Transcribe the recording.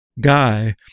guy